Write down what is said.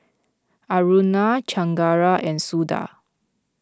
Aruna Chengara and Suda